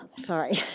sorry.